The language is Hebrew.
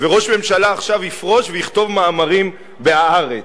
וראש הממשלה עכשיו יפרוש ויכתוב מאמרים ב"הארץ",